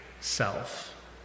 self